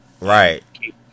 Right